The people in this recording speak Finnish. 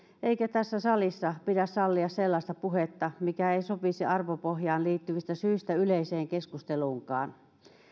eikä tässä salissa pidä sallia sellaista puhetta mikä ei sopisi arvopohjaan liittyvistä syistä yleiseen keskusteluunkaan